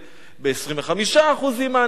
ב-25% מהנטל.